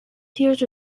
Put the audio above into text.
hears